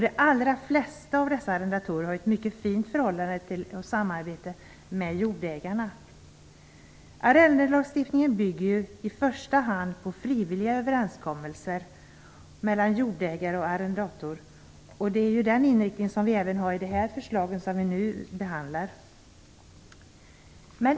De allra flesta av dessa har ett mycket fint förhållande till och samarbete med jordägarna. Arrendelagstiftningen bygger i första hand på frivilliga överenskommelser mellan jordägare och arrendator, och det är också inriktningen i de förslag vi nu behandlar.